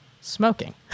smoking